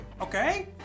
Okay